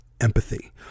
empathy